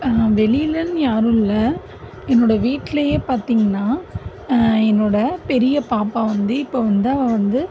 வெளியிலேனு யாரும் இல்லை என்னோடய வீட்லேயே பார்த்திங்கனா என்னோடய பெரிய பாப்பா வந்து இப்போ வந்து அவள் வந்து